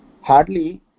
Hardly